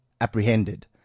apprehended